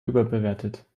überbewertet